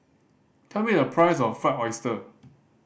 tell me the price of Fried Oyster